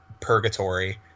purgatory